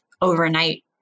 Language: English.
overnight